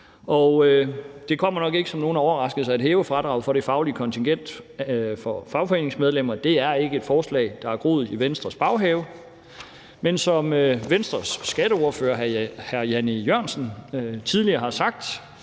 det kommer nok ikke som nogen overraskelse, at det at hæve fradraget for det faglige kontingent for fagforeningsmedlemmer ikke er et forslag, der er groet i Venstres baghave. Men som Venstres skatteordfører, hr. Jan E. Jørgensen, tidligere har sagt: